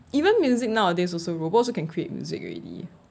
even music nowadays also robot can create music already